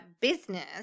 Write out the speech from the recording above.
business